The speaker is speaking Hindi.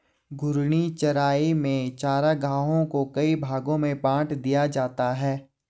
घूर्णी चराई में चरागाहों को कई भागो में बाँट दिया जाता है